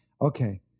okay